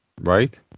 Right